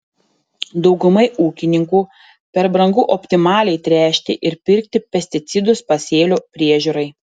daugumai ūkininkų per brangu optimaliai tręšti ir pirkti pesticidus pasėlių priežiūrai